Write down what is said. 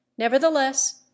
Nevertheless